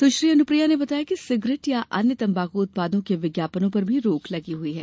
सुश्री अनुप्रिया ने बताया कि सिगरेट या अन्य तंबाकू उत्पादों के विज्ञापनों पर भी रोक लगी हई है